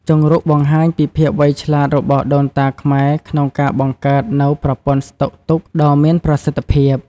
ជង្រុកបង្ហាញពីភាពវៃឆ្លាតរបស់ដូនតាខ្មែរក្នុងការបង្កើតនូវប្រព័ន្ធស្តុកទុកដ៏មានប្រសិទ្ធភាព។